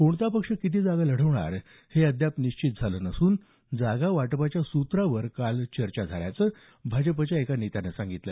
कोणता पक्ष किती जागा लढवणार हे अद्याप निश्चित झालं नसून जागा वाटपाच्या सूत्रावर काल चर्चा झाल्याचं भाजपच्या एका नेत्यानं सांगितलं